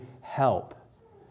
help